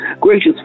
Gracious